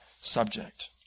subject